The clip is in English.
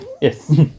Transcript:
Yes